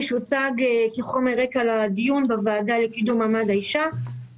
שהוצג כחומר רקע לדיון בוועדה לקידום מעמד האישה